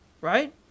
right